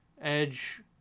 Edge